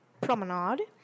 promenade